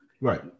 right